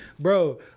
bro